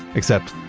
except,